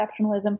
exceptionalism